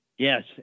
Yes